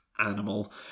animal